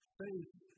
faith